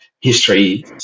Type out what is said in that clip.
History